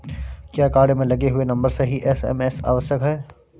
क्या कार्ड में लगे हुए नंबर से ही एस.एम.एस आवश्यक है?